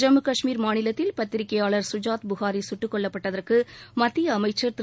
ஜம்மு கஷ்மீர் மாநிலத்தில் பத்திரிக்கையாளர் கஜாத் புகாரி குட்டுக்கொல்லப்பட்டதற்கு மத்திய அமைச்சர் திரு